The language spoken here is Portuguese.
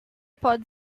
pode